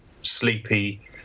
sleepy